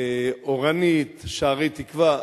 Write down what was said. אורנית, שערי-תקווה.